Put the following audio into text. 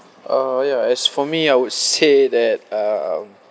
uh ya as for me I would say that uh